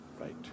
Right